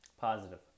Positive